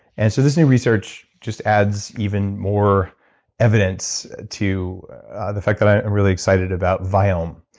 and so this new research just adds even more evidence to the fact that i'm really excited about viome.